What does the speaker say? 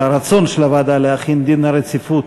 על הרצון של הוועדה להחיל דין רציפות.